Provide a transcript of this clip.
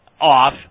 off